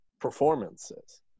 performances